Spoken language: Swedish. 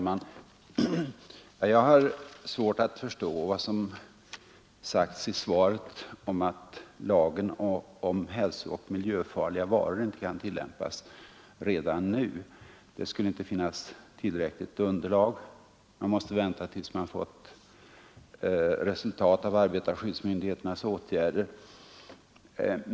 Herr talman! Jag har svårt att förstå vad som sagts i svaret om att lagen om hälsooch miljöfarliga varor inte kan tillämpas redan nu. Det skulle inte finnas tillräckligt underlag, utan man måste vänta tills man fått resultat av arbetarskyddsmyndigheternas åtgärder.